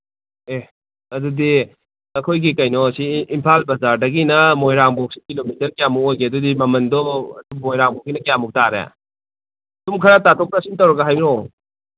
ꯑꯦ ꯑꯗꯨꯗꯤ ꯑꯩꯈꯣꯏꯒꯤ ꯀꯩꯅꯣꯁꯤ ꯏꯝꯐꯥꯜ ꯕꯖꯥꯔꯗꯒꯤꯅ ꯃꯣꯏꯔꯥꯡ ꯐꯥꯎꯁꯤ ꯀꯤꯂꯣꯃꯤꯇꯔ ꯀꯌꯥꯃꯨꯛ ꯑꯣꯏꯒꯦ ꯑꯗꯨꯗꯤ ꯃꯃꯟꯗꯣ ꯃꯣꯏꯔꯥꯡꯕꯧꯀꯤꯅ ꯀꯌꯥꯃꯨꯛ ꯇꯥꯔꯦ ꯁꯨꯝ ꯈꯔ ꯇꯥꯊꯣꯛ ꯇꯥꯁꯤꯟ ꯇꯧꯔꯒ ꯍꯥꯏꯔꯛꯑꯣ